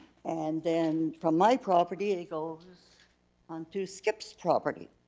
and then from my property it goes onto skip's property.